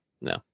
No